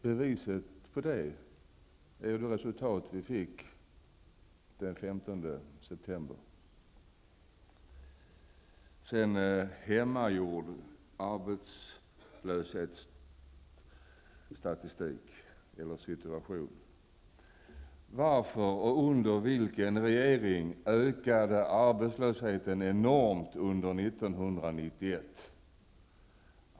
Beviset på det är det resultat vi fick den 15 september. En hemmagjord arbetslöshetssituation talar Mona Sahlin om. Varför och under vilken regering ökade arbetslösheten enormt under 1991?